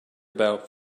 about